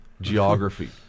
geography